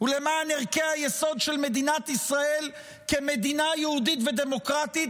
ולמען ערכי היסוד של מדינת ישראל כמדינה יהודית ודמוקרטית.